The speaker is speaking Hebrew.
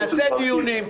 נקיים דיונים,